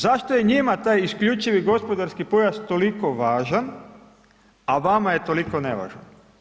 Zašto je njima taj isključivi gospodarski pojas toliko važan, a vama je toliko nevažan?